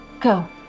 Go